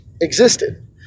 existed